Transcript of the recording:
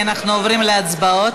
כי אנחנו עוברים להצבעות.